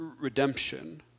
redemption